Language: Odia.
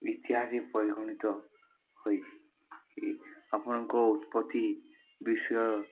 ଇତିହାସରେ ପରିଗଣିତ ହୋଇଛିି ଆପଣଙ୍କ ଉତ୍ପତ୍ତି ବିଷୟ